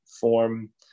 form